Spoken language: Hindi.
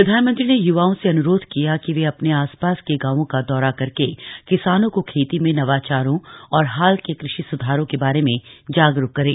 प्रधानमंत्री ने युवाओं से अनुरोध किया कि वे अपने आसपास के गांवों का दौरा करके किसानों को खेती में नवाचारों और हाल के कृषि सुधारों के बारे में जागरूक करें